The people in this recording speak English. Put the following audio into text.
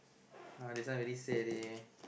!huh! this one already say already ah